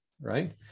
right